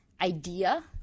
idea